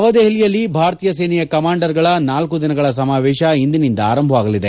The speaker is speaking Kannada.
ನವದೆಹಲಿಯಲ್ಲಿ ಭಾರತೀಯ ಸೇನೆಯ ಕಮಾಂಡರ್ಗಳ ನಾಲ್ಲು ದಿನಗಳ ಸಮಾವೇಶ ಇಂದಿನಿಂದ ಆರಂಭವಾಗಲಿದೆ